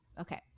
Okay